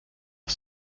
auf